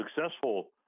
successful